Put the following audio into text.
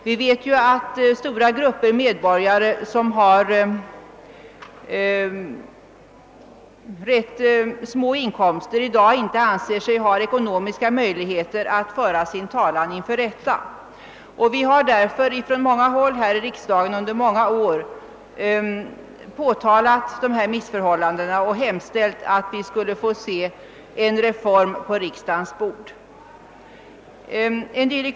Vi vet att stora grupper medborgare med små inkomster i dag inte anser sig ha ekonomiska möjligheter att föra sin talan inför rätta. Vi har därför på många håll här i riksdagen under åtskilliga år påtalat dessa missförhållanden och hemställt att vi skulle få se ett reformförslag på riksdagens bord.